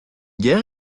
guerre